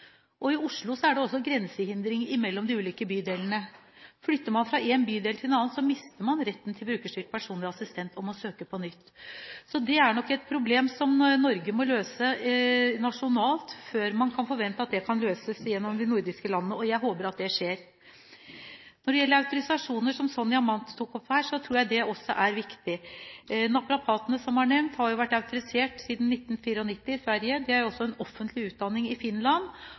I Oslo er det også grensehindringer mellom de ulike bydelene: Flytter man fra en bydel til en annen, mister man retten til brukerstyrt personlig assistent og må søke på nytt. Så det er nok et problem som Norge må løse nasjonalt før man kan forvente at det kan løses gjennom de nordiske land. Jeg håper at det skjer. Når det gjelder autorisasjoner, som Sonja Mandt tok opp her, tror jeg det også er viktig. Naprapatene, som var nevnt, har vært autorisert siden 1994 i Sverige. Det er også en offentlig utdanning i Finland.